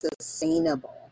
sustainable